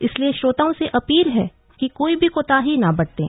इसलिए श्रोताओं से अपील है कि कोई भी कोताही न बरतें